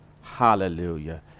Hallelujah